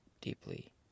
deeply